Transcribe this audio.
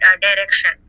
direction